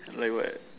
like what